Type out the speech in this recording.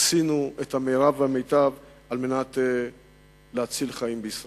עשינו את המירב והמיטב על מנת להציל חיים בישראל.